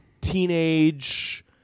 teenage